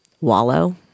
wallow